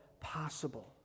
possible